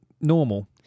normal